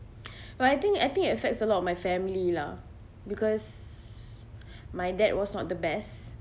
but I think I think it affects a lot of my family lah because my dad was not the best